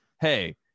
hey